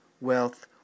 wealth